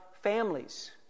families